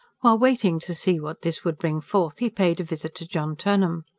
while waiting to see what this would bring forth, he paid a visit to john turnham.